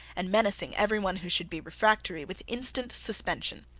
and menacing every one who should be refractory with instant suspension.